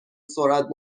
سرعت